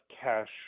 cash